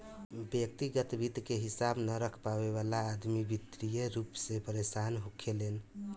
व्यग्तिगत वित्त के हिसाब न रख पावे वाला अदमी वित्तीय रूप से परेसान होखेलेन